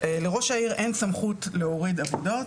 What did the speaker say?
לראש העיר אין סמכות להוריד עבודות,